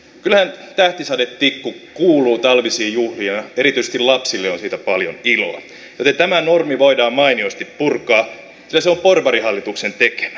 kyllähän tähtisadetikku kuuluu talvisiin juhliin ja erityisesti lapsille on siitä paljon iloa joten tämä normi voidaan mainiosti purkaa sillä se on porvarihallituksen tekemä